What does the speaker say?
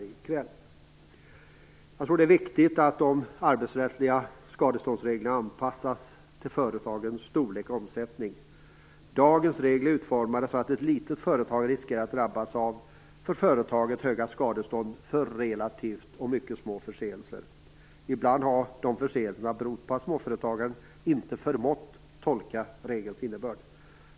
Jag tror att det är viktigt att de arbetsrättsliga skadeståndsreglerna anpassas till företagens storlek och omsättning. Dagens regler är utformade så att ett litet företag riskerar att drabbas av för företaget höga skadestånd för relativt små förseelser. Ibland har dessa förseelser berott på att småföretagarna inte förmått tolka regelns innebörd.